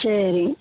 சரி